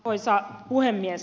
arvoisa puhemies